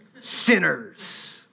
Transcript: Sinners